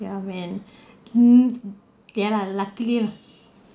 ya man mm ya luckily lah